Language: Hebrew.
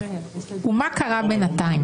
ומה קרה בינתיים?